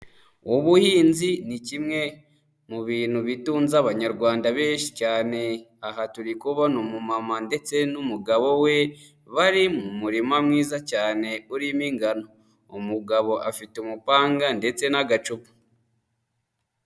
Ubuhinzi ni kimwe mu bintu bitunze abanyarwanda benshi cyane, aha turi kubona umumama ndetse n'umugabo we bari mu murima mwiza cyane urimo ingano, umugabo afite umupanga ndetse n'agacupa.